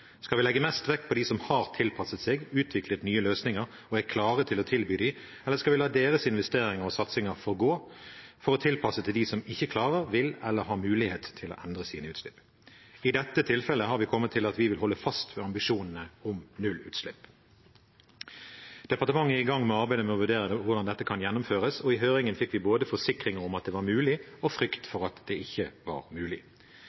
Skal vi legge mest vekt på dem som har tilpasset seg, utviklet nye løsninger og er klare til å tilby dem, eller skal vi la deres investeringer og satsinger forgå, for å tilpasse oss dem som ikke klarer, vil eller har mulighet til å endre sine utslipp? I dette tilfellet har vi kommet til at vi vil holde fast ved ambisjonene om nullutslipp. Departementet er i gang med arbeidet med å vurdere hvordan dette kan gjennomføres, og i høringen fikk vi både forsikringer om at det var mulig, og frykt for at det ikke var mulig.